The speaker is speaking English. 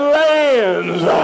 lands